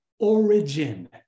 origin